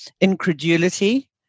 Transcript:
incredulity